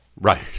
Right